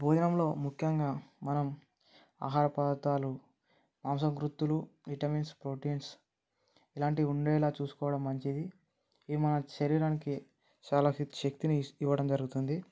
భోజనంలో ముఖ్యంగా మనం ఆహార పదార్థాలు మాంసకృత్తులు విటమిన్స్ ప్రోటీన్స్ ఇలాంటివి ఉండేలాగా చూసుకోవడం మంచిది ఇవి మన శరీరానికి చాలా శక్తిని ఇ ఇవ్వడం జరుగుతుంది